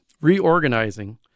reorganizing